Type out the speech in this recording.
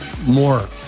more